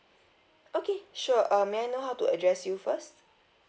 okay sure uh may I know how to address you first